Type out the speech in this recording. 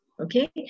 Okay